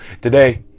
today